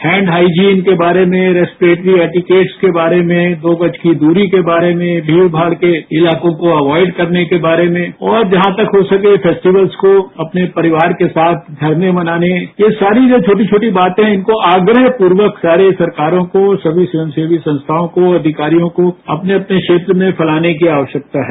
hand hygiene के बारे में रेस्प्रेट्री एडिकेट्स के बारे में दो गज की दूरी के बारे में भीड़ भाड़ के इलाकों को अवाइड करने के बारे में और जहां तक हो सकें फेस्टिवल्स को अपने परिवार के साथ घर में मनाने ये सारी जो छोटी छोटी बातें हैं उनको आग्रह पूर्वक सारे सरकारों को सभी स्वयंसेवी सस्थाओं को अधिकारियों को अपने अपने क्षेत्र में फैलाने की आवश्यकता है